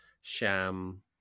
sham